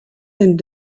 and